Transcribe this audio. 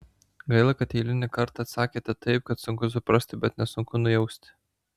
gaila kad eilinį kartą atsakėte taip kad sunku suprasti bet nesunku nujausti